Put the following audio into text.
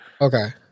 Okay